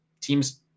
teams